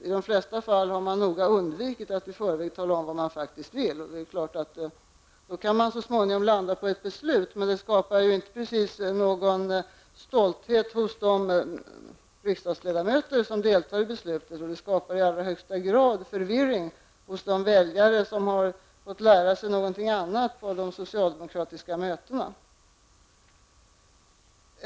I de flesta fall har man noga undvikit att i förväg tala om vad man faktiskt vill, och då kan man självfallet så småningom landa på ett beslut, men det skapar ju inte precis någon stolthet hos de riksdagsledamöter som deltar i beslutet. Och det skapar i allra högsta grad förvirring hos de väljare som har fått lära sig någonting annat på de socialdemokratiska mötena.